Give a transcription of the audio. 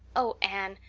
oh, anne,